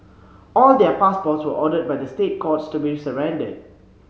all their passports were ordered by the State Courts to be surrendered